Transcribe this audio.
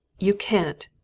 you can't!